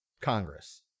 Congress